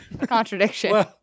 contradiction